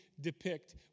depict